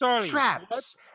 traps